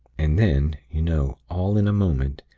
and then, you know, all in a moment,